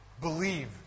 Believe